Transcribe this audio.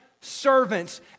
servants